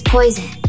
Poison